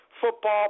football